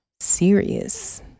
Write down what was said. serious